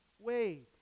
wait